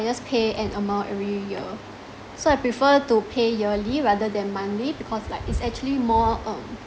I just pay an amount every y~ year so I prefer to pay yearly rather than monthly because like it's actually more um